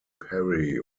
perry